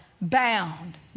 bound